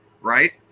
right